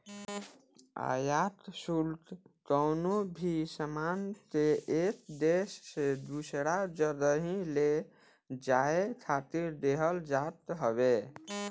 आयात शुल्क कवनो भी सामान के एक देस से दूसरा जगही ले जाए खातिर देहल जात हवे